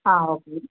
ஆ okay